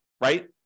right